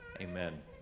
Amen